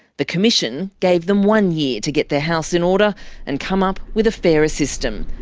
the commission gave them one year to get their house in order and come up with a fairer system.